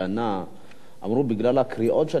אמרו שבגלל הקריאות שלכם, בגלל?